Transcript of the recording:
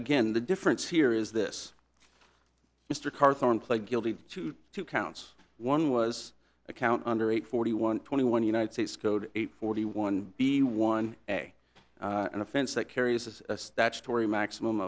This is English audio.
again the difference here is this mr carthon pled guilty to two counts one was a count under eight forty one twenty one united states code eight forty one b one a an offense that carries a statutory maximum